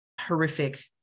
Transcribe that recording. horrific